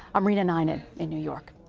i'm reena ninan in new york.